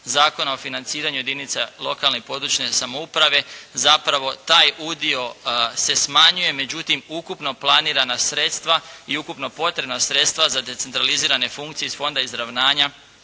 Zakona o financiranju jedinice lokalne i područne samouprave zapravo taj udio se smanjuje, međutim ukupno planirana sredstva i ukupno potrebna sredstva za decentralizirane funkcije iz Fonda izravnanja